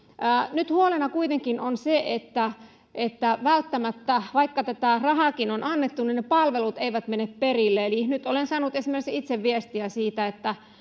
nyt huolena kuitenkin on se että että välttämättä vaikka tätä rahaakin on annettu palvelut eivät mene perille eli nyt olen saanut esimerkiksi itse viestiä siitä että